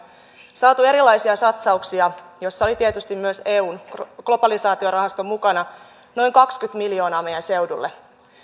saaneet erilaisia satsauksia joissa oli tietysti myös eun globalisaatiorahasto mukana noin kaksikymmentä miljoonaa meidän seudulle